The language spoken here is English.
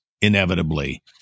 inevitably